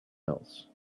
else